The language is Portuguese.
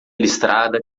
listrada